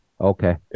Okay